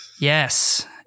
yes